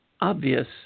obvious